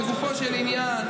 לגופו של עניין,